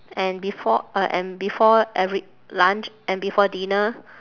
and before uh and before every lunch and before dinner